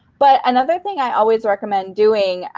but another thing i always recommend doing,